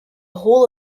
whole